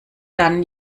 dann